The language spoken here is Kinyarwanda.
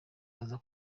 aza